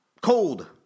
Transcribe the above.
cold